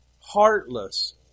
Heartless